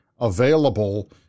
available